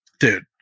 Dude